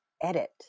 edit